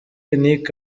nic